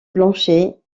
blanchet